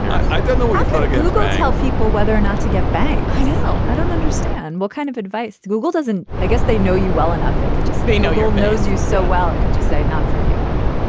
i don't know what you thought again, i tell people whether or not to get back. i know. i don't understand what kind of advice. google doesn't. i guess they know you well enough. they could just they know your knows you so well. i could just say not for you, honey